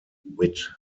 wit